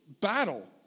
battle